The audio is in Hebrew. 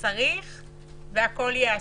צריך והכול ייעשה.